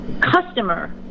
customer